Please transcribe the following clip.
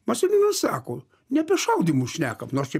masiliūnas sako ne apie šaudymus šnekam nors čia